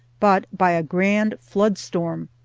but by a grand flood-storm.